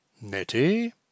Nettie